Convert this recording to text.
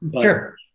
sure